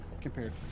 compared